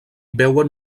veuen